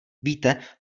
víte